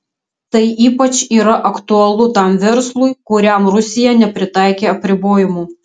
tai ypač yra aktualu tam verslui kuriam rusija nepritaikė apribojimų